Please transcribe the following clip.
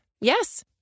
Yes